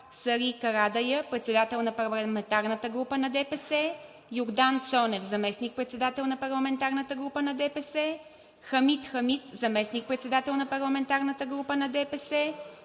Сали Карадайъ – председател на парламентарната група на ДПС, Йордан Цонев – заместник-председател на парламентарната група на ДПС, Хамид Хамид – заместник-председател на парламентарната група на ДПС,